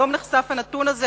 היום נחשף הנתון הזה,